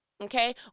Okay